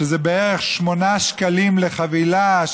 שזה בערך 8 שקלים לחבילה,